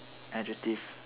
adjective